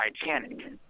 Titanic